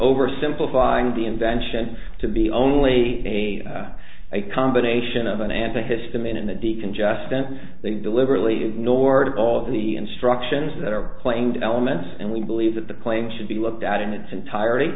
over simplifying the invention to be only a a combination of an antihistamine and the decongestant they deliberately ignored all of the instructions that are claimed elements and we believe that the claim should be looked at in its entirety